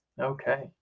okay